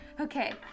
okay